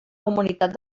comunitat